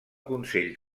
consell